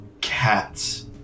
cats